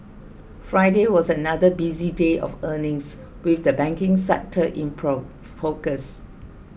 Friday was another busy day of earnings with the banking sector in pro focus